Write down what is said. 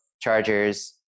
chargers